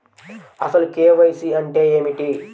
అసలు కే.వై.సి అంటే ఏమిటి?